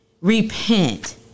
Repent